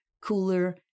cooler